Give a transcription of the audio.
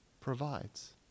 provides